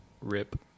Rip